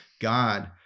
God